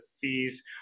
fees